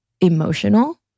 emotional